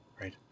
right